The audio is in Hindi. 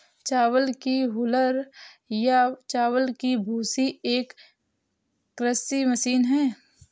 चावल की हूलर या चावल की भूसी एक कृषि मशीन है